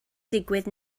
digwydd